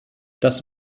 das